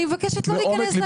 אני מבקשת לא להיכנס,